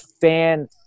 fan